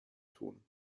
tun